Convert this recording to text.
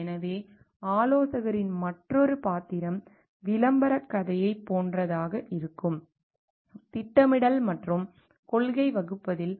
எனவே ஆலோசகரின் மற்றொரு பாத்திரம் விளம்பரக் கதையைப் போன்றதாக இருக்கும் திட்டமிடல் மற்றும் கொள்கை வகுப்பதில்